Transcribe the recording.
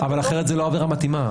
אבל אחרת זו לא העבירה המתאימה.